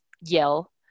yell